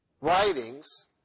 writings